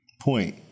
point